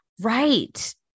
Right